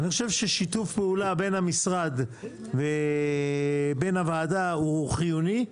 אני חושב ששיתוף הפעולה בין המשרד ובין הוועדה הוא חיוני,